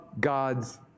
God's